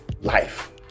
life